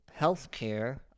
healthcare